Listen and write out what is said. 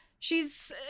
She's-